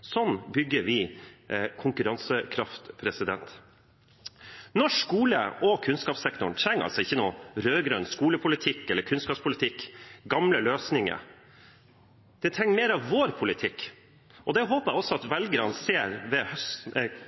Sånn bygger vi konkurransekraft. Norsk skole og kunnskapssektoren trenger altså ingen rød-grønn skolepolitikk eller kunnskapspolitikk – gamle løsninger – men mer av vår politikk. Det håper jeg også velgerne ser